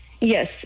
Yes